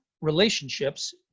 relationships